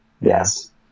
Yes